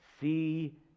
see